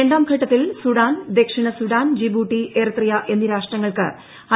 രണ്ടാംഘട്ടത്തിൽ Sudan ദക്ഷിണ Sudan Djibouti Eritrea എന്നീ രാഷ്ട്രങ്ങൾക്ക് ഐ